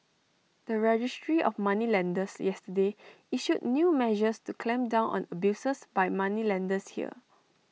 the registry of moneylenders yesterday issued new measures to clamp down on abuses by moneylenders here